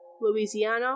Louisiana